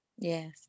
Yes